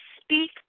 speak